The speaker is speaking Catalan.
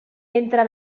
entre